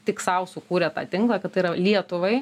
tik sau sukūrė tą tinklą kad tai yra lietuvai